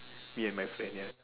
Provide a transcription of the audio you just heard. me and my friend ya